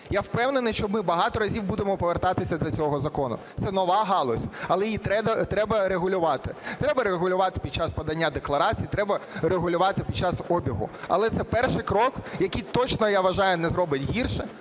Я впевнений, що ми багато разів будемо повертатися до цього закону, це нова галузь, але її треба регулювати, треба регулювати під час подання декларації, треба регулювати під час обігу. Але це перший крок, який точно, я вважаю, не зробить гірше,